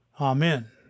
Amen